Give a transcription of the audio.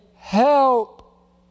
Help